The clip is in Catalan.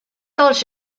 dels